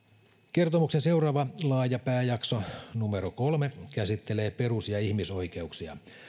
kertomuksen seuraava laaja pääjakso numero kolme käsittelee perus ja ihmisoikeuksia